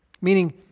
meaning